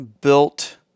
built